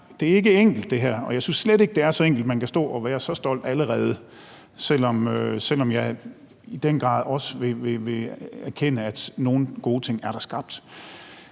det her ikke er enkelt, og jeg synes slet ikke, det er så enkelt, at man kan stå og være så stolt allerede, selv om jeg i den grad også vil anerkende, at der er skabt